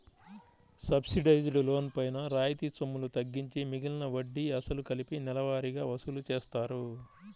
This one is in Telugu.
సబ్సిడైజ్డ్ లోన్ పైన రాయితీ సొమ్ములు తగ్గించి మిగిలిన వడ్డీ, అసలు కలిపి నెలవారీగా వసూలు చేస్తారు